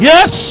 Yes